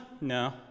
No